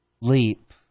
leap